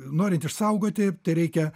norint išsaugoti tereikia